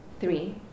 Three